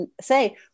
say